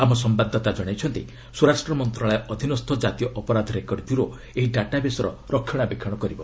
ଆମ ସମ୍ଭାଦଦାତା ଜଣାଇଛନ୍ତି ସ୍ୱରାଷ୍ଟ୍ର ମନ୍ତ୍ରଣାଳୟ ଅଧୀନସ୍ଥ କାତୀୟ ଅପରାଧ ରେକର୍ଡ ବ୍ୟୁରୋ ଏହି ଡାଟାବେସ୍ର ରକ୍ଷଣାବେକ୍ଷଣା କରିବ